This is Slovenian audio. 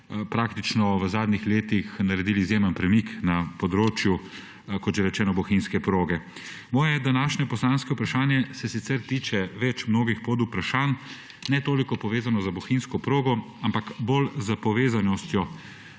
praktično v zadnjih letih naredili izjemen premik na področju bohinjske proge. Moje današnje poslansko vprašanje se sicer tiče več podvprašanj, ni toliko povezano z bohinjsko progo, ampak bolj s povezanostjo